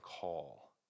call